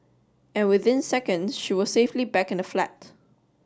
and within seconds she was safely back in the flat